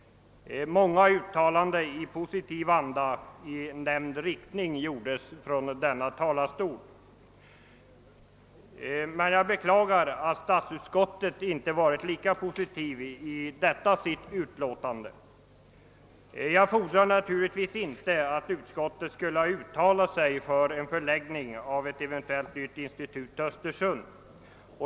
Många uttalanden om värdet härav gjordes från denna talarstol. Jag bara beklagar att statsutskottet inte haft en lika positiv inställning i förevarande utlåtande. Jag fordrar naturligtvis inte att utskottet skulle ha uttalat sig för en förläggning av ett eventuellt nytt institut till Östersund.